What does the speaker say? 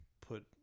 put